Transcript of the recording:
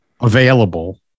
available